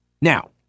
Now